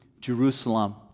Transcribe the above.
Jerusalem